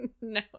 No